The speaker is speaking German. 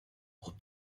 hob